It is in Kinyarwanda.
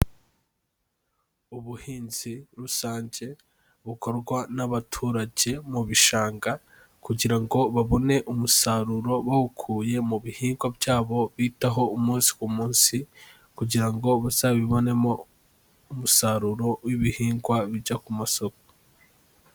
Ubuhinzi rusange bukorwa n'abaturage mu bishanga kugira ngo babone umusaruro bawukuye mu bihingwa byabo bitaho umunsi ku munsi kugira ngo bazabibonemo umusaruro w'ibihingwa bijya ku masoko.